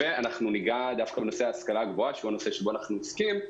ניגע דווקא בנושא ההשכלה הגבוהה שהוא הנושא שבו אנחנו עוסקים,